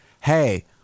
hey